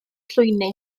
llwyni